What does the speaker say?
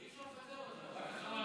אי-אפשר לפטר אותה.